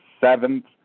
seventh